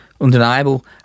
undeniable